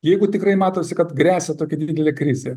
jeigu tikrai matosi kad gresia tokia didelė krizė